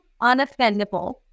unoffendable